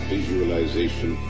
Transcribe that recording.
Visualization